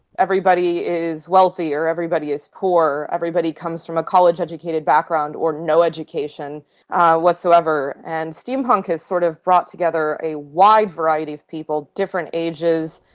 everybody is wealthy or everybody is poor, everybody comes from a college-educated background or no education whatsoever, and steampunk has sort of brought together a wide variety of people different ages.